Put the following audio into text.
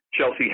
Chelsea